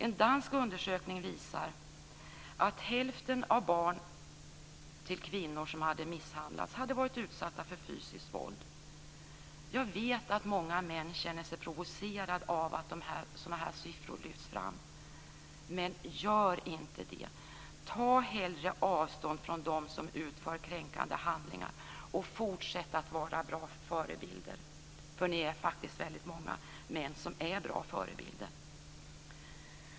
En dansk undersökning visar att hälften av barnen till kvinnor som hade misshandlats hade varit utsatta för fysiskt våld. Jag vet att många män känner sig provocerade av att sådana här siffror lyfts fram. Gör inte det! Ta hellre avstånd från dem som utför kränkande handlingar. Fortsätt att vara bra förebilder! Ni är faktiskt väldigt många män som är bra förebilder.